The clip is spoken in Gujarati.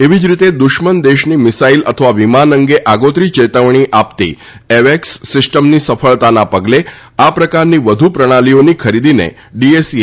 એવી જ રીતે દુશ્મન દેશની મિસાઇલ અથવા વિમાન અંગે આગોતરી ચેતવણી આપતી એવેકસ સિસ્ટમની સફળતાના પગલે આ પ્રકારની વધુ પ્રણાલીઓની ખરીદીને ડીએસીએ બહાલી આપી છે